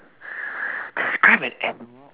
describe an animal